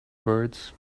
birds